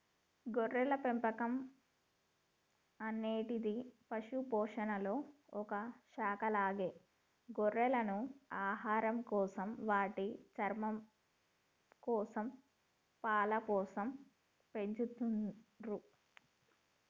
గొర్రెల పెంపకం అనేటిది పశుపోషణలొ ఒక శాఖ అలాగే గొర్రెలను ఆహారంకోసం, వాటి చర్మంకోసం, పాలకోసం పెంచతుర్రు